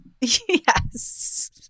Yes